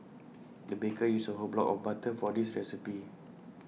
the baker used A whole block of butter for this recipe